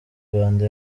rwanda